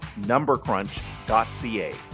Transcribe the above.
numbercrunch.ca